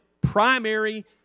primary